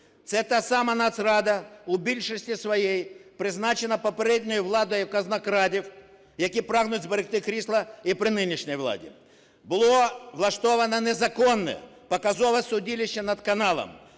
це та сама Нацрада, в більшості своїй призначена попередньою владою казнокрадів, які прагнуть зберегти крісла і при нинішній владі. Було влаштовано незаконне показове судилище над каналом,